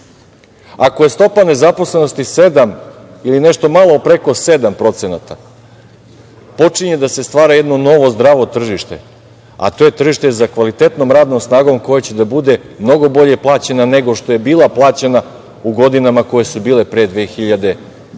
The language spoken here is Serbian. Ako je stopa nezaposlenosti sedam ili nešto malo preko 7%, počinje da se stvara jedno novo zdravo tržište, a to je tržište za kvalitetnom radnom snagom koja će da bude mnogo bolje plaćena nego što je bila plaćena u godinama koje su bile pre 2012.